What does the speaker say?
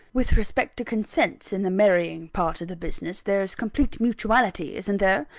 with respect to consents, in the marrying part of the business, there's complete mutuality isn't there?